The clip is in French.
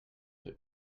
fait